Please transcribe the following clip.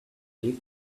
beak